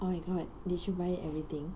oh my god did you buy everything